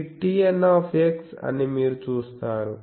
ఇది Tn అని మీరు చూస్తారు